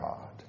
God